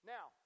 Now